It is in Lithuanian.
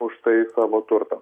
už tai savo turtą